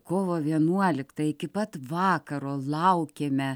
kovo vienuoliktą iki pat vakaro laukėme